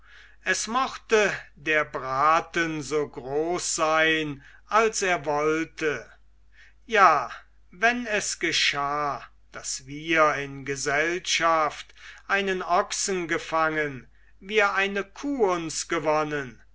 es mochte der braten so groß sein als er wollte ja wenn es geschah daß wir in gesellschaft einen ochsen gefangen wir eine kuh uns gewonnen